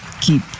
Keep